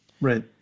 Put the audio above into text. Right